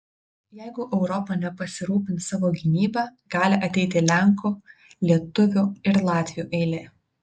jeigu europa nepasirūpins savo gynyba gali ateiti lenkų lietuvių ir latvių eilė